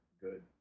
good